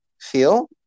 feel